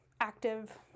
active